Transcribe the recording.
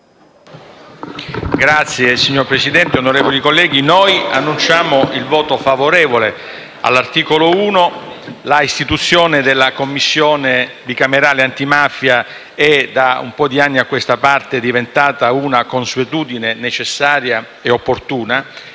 Signor Presidente, onorevoli colleghi, annunciamo il voto favorevole all'articolo 1. L'istituzione della Commissione bicamerale antimafia da un po' di anni a questa parte è diventata una consuetudine necessaria e opportuna